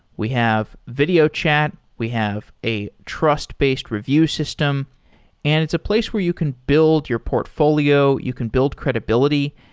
we have video chat, we have a trust-based review system and it's a place where you can build your portfolio, you can build credibility.